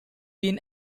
been